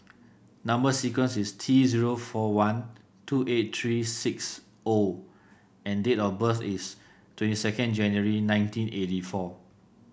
number sequence is T zero four one two eight three six O and date of birth is twenty second January nineteen eighty four